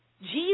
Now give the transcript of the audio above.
Jesus